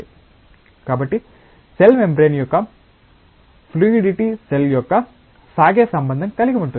కాబట్టి cell membrane యొక్క fluidity cell యొక్క సాగే సంబంధం కలిగి ఉంటుంది